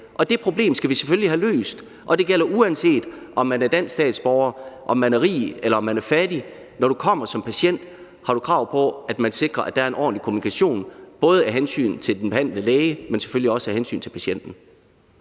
og det problem skal vi selvfølgelig have løst, og det gælder, uanset om man er dansk statsborger, eller om man er rig eller fattig. Når man kommer som patient, har man krav på, at det sikres, at der er en ordentlig kommunikation, både af hensyn til den behandlende læge, men selvfølgelig også af hensyn til patienten.